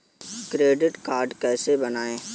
Credit card कैसे बनवाएँ?